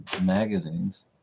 magazines